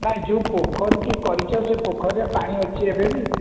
ନାଇଁ ଯେଉଁ ପୋଖରୀଟି କରିଛ ସେ ପୋଖରୀରେ ପାଣି ଅଛି ଏବେ ବି